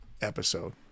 episode